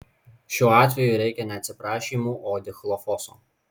šiuo atveju reikia ne atsiprašymų o dichlofoso